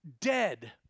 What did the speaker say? dead